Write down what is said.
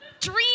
Dream